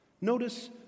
Notice